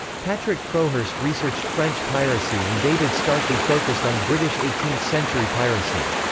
patrick crowhurst researched french piracy and david starkey focused on british eighteenth century piracy.